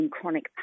chronic